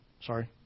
Sorry